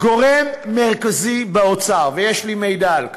גורם מרכזי באוצר, ויש לי מידע על כך,